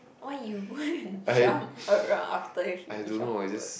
why you jump around after you finish your food